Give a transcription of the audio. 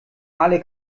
alle